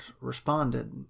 responded